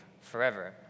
forever